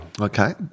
Okay